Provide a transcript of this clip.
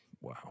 wow